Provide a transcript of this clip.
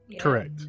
Correct